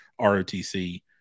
ROTC